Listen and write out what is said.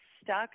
stuck